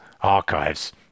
archives